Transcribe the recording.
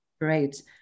great